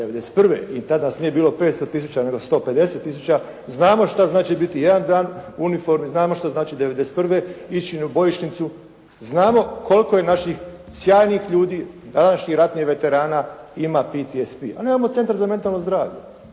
i tad nas nije bilo 500 tisuća nego 150 tisuća znamo što znači biti jedan dan u uniformi, znamo što znači '91. ići na bojišnicu, znamo koliko naših sjajnih ljudi, današnjih ratnih veterana ima PTSP. A nemamo Centar za mentalno zdravlje.